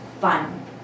fun